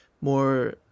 more